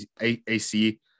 AC